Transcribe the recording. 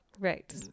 right